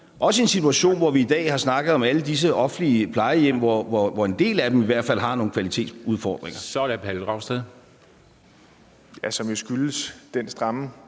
også i en situation, hvor vi i dag har snakket om alle disse offentlige plejehjem, hvor en del af dem i hvert fald har nogle kvalitetsudfordringer. Kl. 22:42 Første næstformand (Henrik